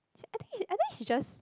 I think I think she just